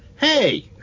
hey